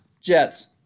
Jets